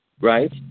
right